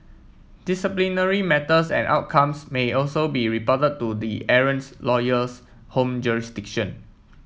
disciplinary matters and outcomes may also be reported to the errants lawyer's home jurisdiction